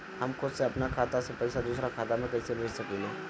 हम खुद से अपना खाता से पइसा दूसरा खाता में कइसे भेज सकी ले?